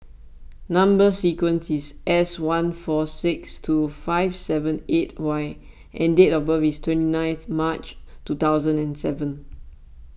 Number Sequence is S one four six two five seven eight Y and date of birth is twenty ninth March two thousand and seven